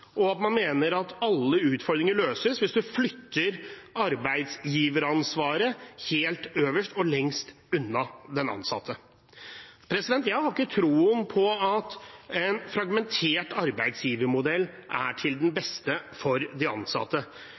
og at man mener at alle utfordringer løses hvis man flytter arbeidsgiveransvaret helt øverst og lengst unna den ansatte. Jeg har ikke tro på at en fragmentert arbeidsgivermodell er til det beste for de ansatte.